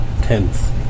tenth